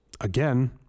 Again